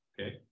Okay